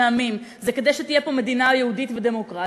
עמים זה כדי שתהיה פה מדינה יהודית ודמוקרטית,